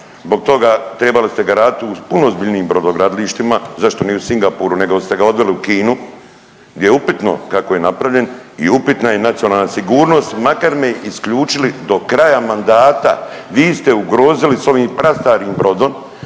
zbog toga trebali ste ga raditi uz puno ozbiljnijim brodogradilištima, zašto nije u Singapuru, nego ste ga odveli u Kinu gdje je upitno kako je napravljen i upitna je nacionalna sigurnost, makar me isključili do kraja mandata. Vi ste ugrozili s ovim prastarim brodom